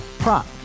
Prop